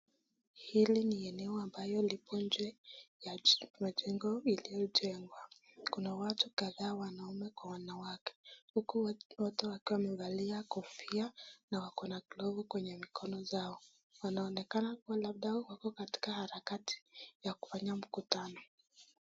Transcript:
Hili ni eneo lililo nje ya majengo yaliyojengwa, kuna watu kadhaa wanaume kwa wanawake, huku wote wakiwa wamevalia kofia na wako na glovu kwa mikono zao, wanaonekana labda wako katika harakati ya kufanya mkutano.